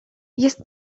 jest